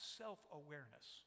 self-awareness